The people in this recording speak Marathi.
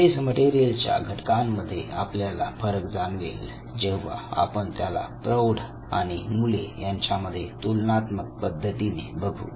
ड्रेस मटेरियल च्या घटकांमध्ये आपल्याला फरक जाणवेल जेव्हा आपण त्याला प्रौढ आणि मुले यांच्यामध्ये तुलनात्मक पद्धतीनें बघू